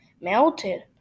melted